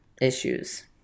issues